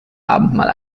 abendmahl